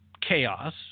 chaos